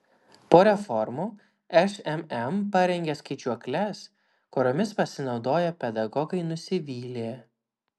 po reformų šmm parengė skaičiuokles kuriomis pasinaudoję pedagogai nusivylė